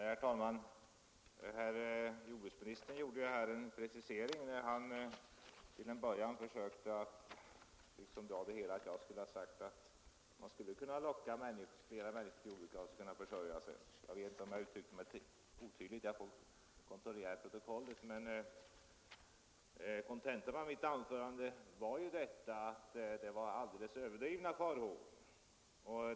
Herr talman! Herr jordbruksministern gjorde en precisering där han till en början ville göra gällande att jag sagt att man skulle kunna locka flera människor till jordbruket och att de skulle kunna försörja sig. Jag vet inte om jag uttryckte mig otydligt — jag får kontrollera det i protokollet — men kontentan av mitt anförande var att man hyser alldeles överdrivna farhågor.